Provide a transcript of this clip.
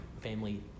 family